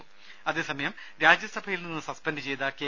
രുദ അതേ സമയം രാജ്യസഭയിൽ നിന്ന് സസ്പെൻഡ് ചെയ്ത കെ